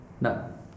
No